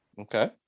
Okay